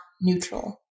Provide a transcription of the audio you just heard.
neutral